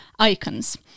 icons